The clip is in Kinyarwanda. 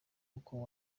uko